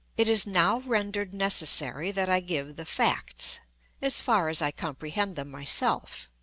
it is now rendered necessary that i give the facts as far as i comprehend them myself.